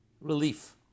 relief